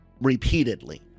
repeatedly